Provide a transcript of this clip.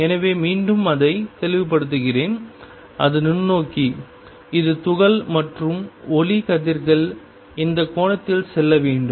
எனவே மீண்டும் அதை தெளிவுபடுத்துகிறேன் இது நுண்ணோக்கி இது துகள் மற்றும் ஒளி கதிர்கள் இந்த கோணத்தில் செல்ல வேண்டும்